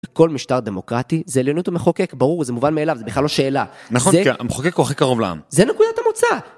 כל משטר דמוקרטי זה עליונות המחוקק, ברור, זה מובן מאליו, זה בכלל לא שאלה. נכון, כי המחוקק הוא הכי קרוב לעם. זה נקודת המוצא